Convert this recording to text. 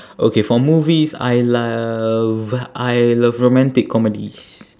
okay for movies I love I love romantic comedies